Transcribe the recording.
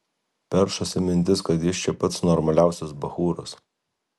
peršasi mintis kad jis čia pats normaliausias bachūras